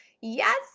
Yes